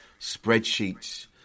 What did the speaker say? spreadsheets